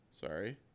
Sorry